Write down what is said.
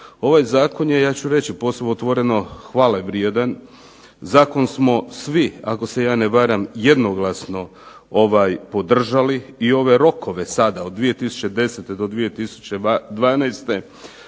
ovaj zakon je ja ću reći posve otvoreno hvale vrijedan. Zakon smo svi ako se ja ne varam jednoglasno podržali i ove rokove sada od 2010. do 2012.